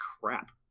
crap